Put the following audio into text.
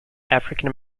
african